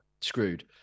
screwed